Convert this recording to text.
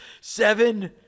Seven